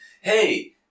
hey